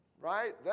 Right